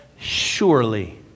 Surely